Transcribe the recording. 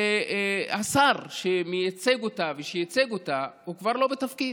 שהשר שמייצג אותה ושייצג אותה כבר לא בתפקיד.